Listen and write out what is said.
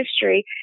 history